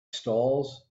stalls